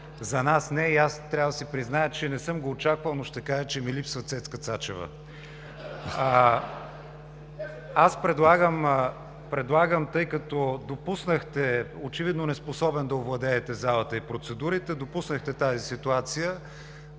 за нас не е и аз трябва да си призная, че не съм го очаквал, но ще кажа, че ми липсва Цецка Цачева. (Оживление.) Тъй като, очевидно неспособен да овладеете залата и процедурите, допуснахте тази ситуация,